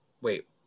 wait